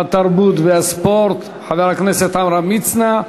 התרבות והספורט חבר הכנסת עמרם מצנע.